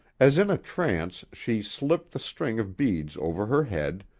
as in a trance she slipped the string of beads over her head,